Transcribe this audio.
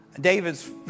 David's